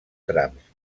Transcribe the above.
trams